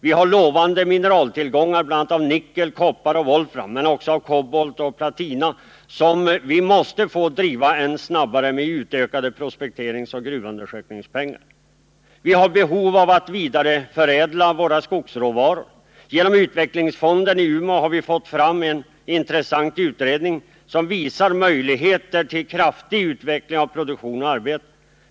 Vi har lovande mineraltillgångar bl.a. av nickel, koppar och wolfram men också av kobolt och platina, som vi måste få driva än snabbare med utökade prospekteringsoch gruvundersökningspengar. Vi har behov av att vidareförädla våra skogsråvaror. Genom utvecklingsfonden i Umeå har vi fått fram en intressant utredning, som visar möjligheter till kraftig utveckling av produktion och arbete.